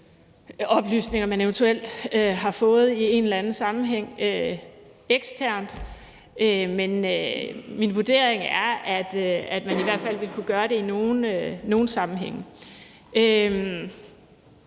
oplysninger, som man eventuelt har fået i en eller anden sammenhæng, eksternt, men min vurdering er, at man i hvert fald vil kunne gøre det i nogle sammenhænge.